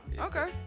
okay